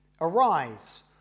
Arise